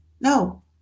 No